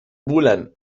bulan